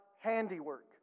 handiwork